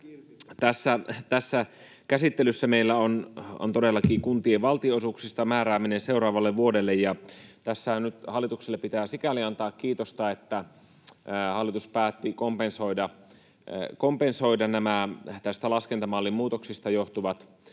Tässä käsittelyssä meillä on todellakin kuntien valtionosuuksista määrääminen seuraavalle vuodelle. Tässähän nyt hallitukselle pitää sikäli antaa kiitosta, että hallitus päätti kompensoida nämä tämän laskentamallin muutoksista johtuvat